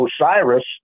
Osiris